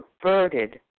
perverted